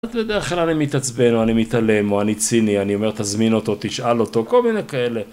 בדרך כלל אני מתעצבן, או אני מתעלם, או אני ציני, אני אומר תזמין אותו, תשאל אותו, כל מיני כאלה.